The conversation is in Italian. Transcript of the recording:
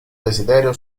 desiderio